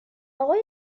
آقای